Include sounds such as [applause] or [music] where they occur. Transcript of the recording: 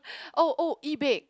[breath] oh oh E bake